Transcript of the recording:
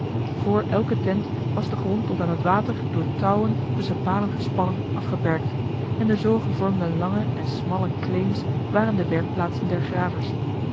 voor elke tent was de grond tot aan het water door touwen tusschen palen gespannen afgeperkt en de zoo gevormde lange en smalle claims waren de werkplaatsen der gravers